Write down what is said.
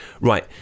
Right